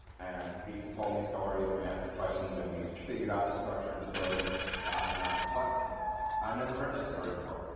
and he just told me stories. and i asked him questions, and we figured out the structure of the book. and um but i never heard that story before.